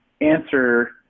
answer